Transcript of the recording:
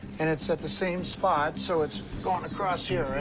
and it's at the same spot, so it's going across here, right?